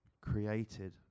created